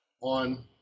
on